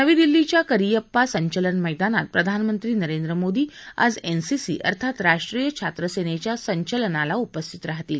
नवी दिल्लीच्या करियप्पा संचलन मध्येगात प्रधानमंत्री नरेंद्र मोदी आज एनसीसी अर्थात राष्ट्रीय छात्रसेनेच्या संचलनाला उपस्थित राहतील